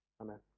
Amen